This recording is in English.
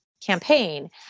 campaign